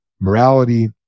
morality